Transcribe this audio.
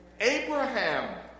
Abraham